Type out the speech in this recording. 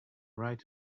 right